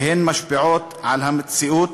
והן משפיעות על המציאות,